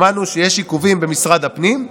שמענו שיש עיכובים במשרד הפנים.